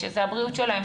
שזו הבריאות שלהם,